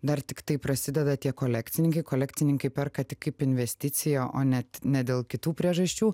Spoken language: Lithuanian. dar tiktai prasideda tie kolekcininkai kolekcininkai perka tik kaip investiciją o net ne dėl kitų priežasčių